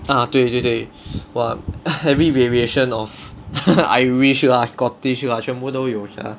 ah 对对对 !wah! heavy variation of irish lah scottish lah 全部都有 sia